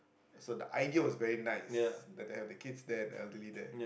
so the idea was very nice to have the kids there and elderly there